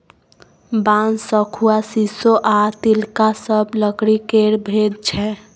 बांस, शखुआ, शीशो आ तिलका सब लकड़ी केर भेद छै